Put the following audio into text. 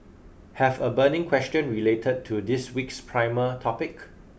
have a burning question related to this week's primer topic